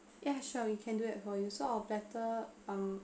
ya sure we can do it for you so our platter um